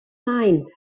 mind